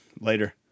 Later